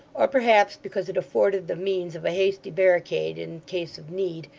or perhaps because it afforded the means of a hasty barricade in case of need,